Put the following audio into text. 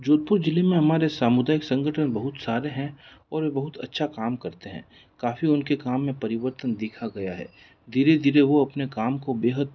जोधपुर ज़िले में हमारे सामुदायिक संगठन बहुत सारे हैं और वे बहुत अच्छा काम करते हैं काफ़ी उनके काम में परिवर्तन देखा गया है धीरे धीरे वह अपने काम को बेहद